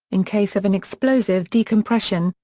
in case of an explosive decompression,